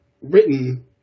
written